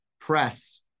press